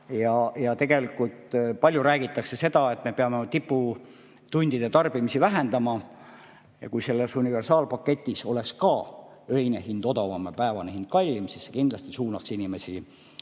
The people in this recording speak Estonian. Tegelikult palju räägitakse sellest, et me peame oma tiputundide tarbimist vähendama. Kui selles universaalpaketis oleks ka öine hind odavam ja päevane hind kallim, siis see kindlasti suunaks inimesi